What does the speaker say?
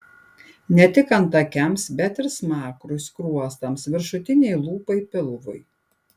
ne tik antakiams bet ir smakrui skruostams viršutinei lūpai pilvui